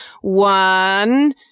One